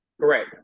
Correct